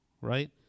right